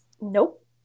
nope